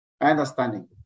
understanding